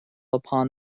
upon